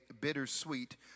bittersweet